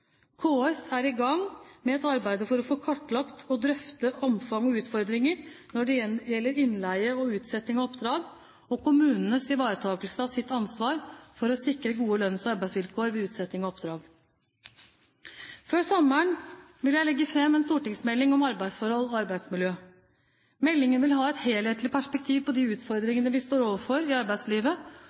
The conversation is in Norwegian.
KS er i gang med et arbeid for å få kartlagt og drøftet omfang og utfordringer når det gjelder innleie og utsetting av oppdrag og kommunenes ivaretakelse av sitt ansvar for å sikre gode lønns- og arbeidsvilkår ved utsetting av oppdrag. Før sommeren vil jeg legge frem en stortingsmelding om arbeidsforhold og arbeidsmiljø. Meldingen vil ha et helhetlig perspektiv på de utfordringene vi står overfor i arbeidslivet,